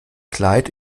kleid